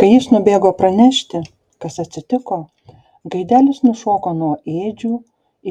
kai jis nubėgo pranešti kas atsitiko gaidelis nušoko nuo ėdžių